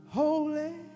holy